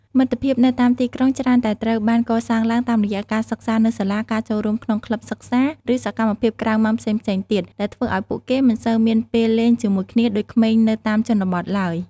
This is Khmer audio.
មិត្តភាពនៅតាមទីក្រុងច្រើនតែត្រូវបានកសាងឡើងតាមរយៈការសិក្សានៅសាលា ការចូលរួមក្នុងក្លឹបសិក្សា ឬសកម្មភាពក្រៅម៉ោងផ្សេងៗទៀត ដែលធ្វើឲ្យពួកគេមិនសូវមានពេលលេងជាមួយគ្នាដូចក្មេងនៅតាមជនបទឡើយ។